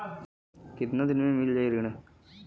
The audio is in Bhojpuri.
कितना दिन में मील जाई ऋण?